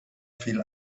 viel